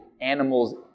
animals